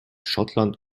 schottland